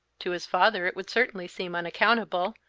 to his father it would certainly seem unaccountable,